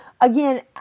again